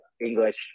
English